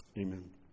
Amen